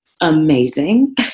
amazing